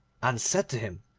and said to him,